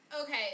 okay